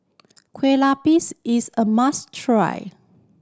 kue lupis is a must try